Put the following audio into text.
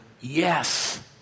yes